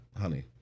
honey